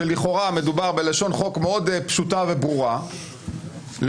שלכאורה מדובר בלשון חוק מאוד פשוטה וברורה לבין